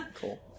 Cool